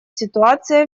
ситуация